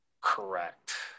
Correct